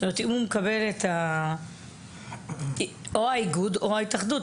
זאת אומרת, או האיגוד או ההתאחדות.